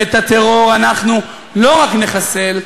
ואת הטרור אנחנו לא רק נחסל,